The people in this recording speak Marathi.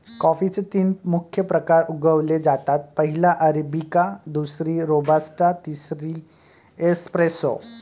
कॉफीचे तीन मुख्य प्रकार उगवले जातात, पहिली अरेबिका, दुसरी रोबस्टा, तिसरी एस्प्रेसो